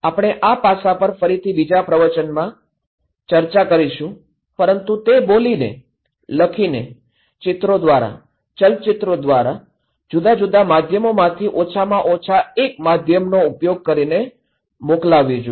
આપણે આ પાસા પર પછીથી બીજા પ્રવચનોમાં ચર્ચા કરીશું પરંતુ તે બોલીને લખીને ચિત્રો દ્વારા ચલચિત્ર દ્વારા જુદા જુદા માધ્યમોમાંથી ઓછામાં ઓછા એક માધ્યમનો ઉપયોગ કરીને મોકલવી જોઈએ